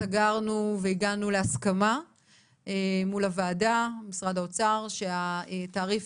סגרנו והגענו להסכמה מול משרד האוצר שהתעריף